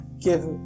give